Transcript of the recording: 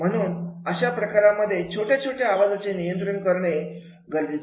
म्हणून अशा प्रकारांमध्ये छोट्या छोट्या आवाजाचे नियंत्रण करावे